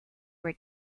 were